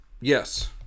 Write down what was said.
Yes